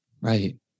right